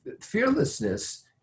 fearlessness